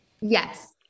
Yes